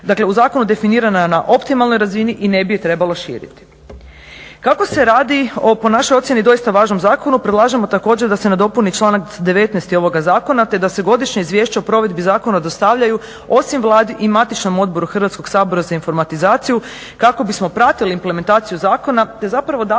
Dakle, u zakonu je definirana na optimalnoj razini i ne bi je trebalo širiti. Kako se radi o po našoj ocjeni doista važnom zakonu predlažemo također da se nadopuni članak 19. ovoga Zakona, te da se godišnje izvješće o provedbi zakona dostavljaju osim Vladi i matičnom odboru Hrvatskog sabora za informatizaciju kako bismo pratili implementaciju zakona, zapravo